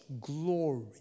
glory